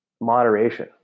moderation